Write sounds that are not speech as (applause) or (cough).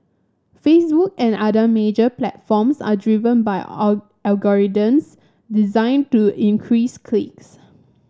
Facebook and other major platforms are driven by (unintelligible) algorithms designed to increase clicks